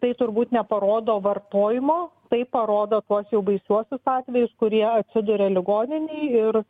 tai turbūt neparodo vartojimo tai parodo tuos jau baisiuosius atvejus kurie atsiduria ligoninėj ir